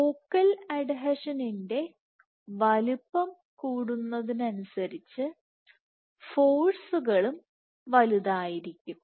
focal അഡ്ഹീഷന്റെ വലിപ്പം കൂടുന്നതിനനുസരിച്ച് ഫോഴ്സുകളും വലുതായിരിക്കും